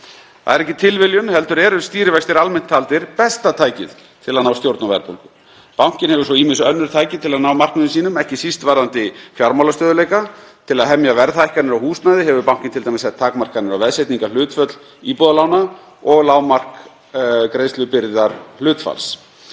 Það er ekki tilviljun heldur eru stýrivextir almennt taldir besta tækið til að ná stjórn á verðbólgu. Bankinn hefur svo ýmis önnur tæki til að ná markmiðum sínum, ekki síst varðandi fjármálastöðugleika. Til að hemja verðhækkanir á húsnæði hefur bankinn t.d. sett takmarkanir á veðsetningarhlutföll íbúðalána og lágmark greiðslubyrðarhlutfalls.